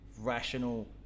rational